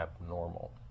abnormal